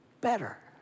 better